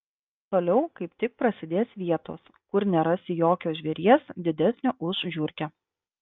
toliau kaip tik prasidės vietos kur nerasi jokio žvėries didesnio už žiurkę